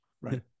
Right